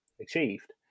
achieved